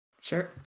Sure